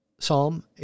Psalm